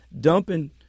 dumping